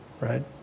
right